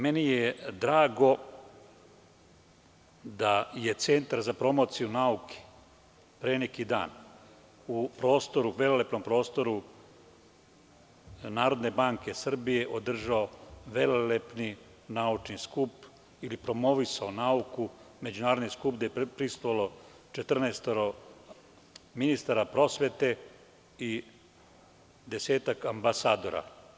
Meni je drago da je Centar za promociju nauke pre neki dan u velelepnom prostoru Narodne banke Srbije održao velelepni naučni skup ili promovisao nauku, međunarodni skup gde je prisustvovalo 14 ministara prosvete i desetak ambasadora.